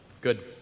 Good